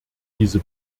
diese